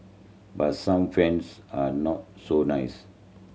but some friends are not so nice